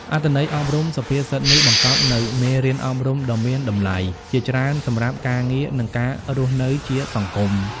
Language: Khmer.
អត្ថន័យអប់រំសុភាសិតនេះបង្កប់នូវមេរៀនអប់រំដ៏មានតម្លៃជាច្រើនសម្រាប់ការងារ និងការរស់នៅជាសង្គម។